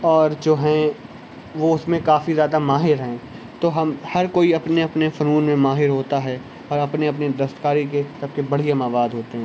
اور جو ہیں وہ اس میں کافی زیادہ ماہر ہیں تو ہم ہر کوئی اپنے اپنے فنون میں ماہر ہوتا ہے اور اپنے اپنے دستکاری کے سب کے بڑھیا مواد ہوتے ہیں